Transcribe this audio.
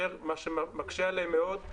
מה שמקשה עליהם מאוד גם